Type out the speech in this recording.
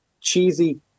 cheesy